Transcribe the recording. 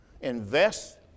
invest